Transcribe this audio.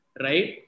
Right